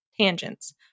tangents